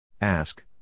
Ask